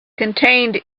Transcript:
contained